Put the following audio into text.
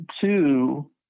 two